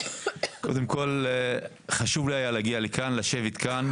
קודם כל, חשוב היה לי להגיע לכאן, לשבת כאן,